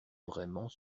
vraiment